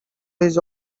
this